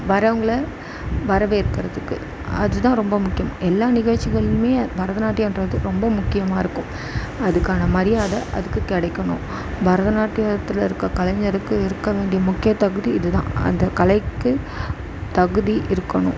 வர்றவங்களை வரவேற்கிறது அதுதான் ரொம்ப முக்கியம் எல்லா நிகழ்ச்சிகள்லேயுமே பரதநாட்டியம்றது ரொம்ப முக்கியமாக இருக்கும் அதுக்கான மரியாதை அதுக்கு கிடைக்கணும் பரதநாட்டியத்தில் இருக்கற கலைஞருக்கு இருக்கற வேண்டிய முக்கியத் தகுதி இதுதான் அந்த கலைக்கு தகுதி இருக்கணும்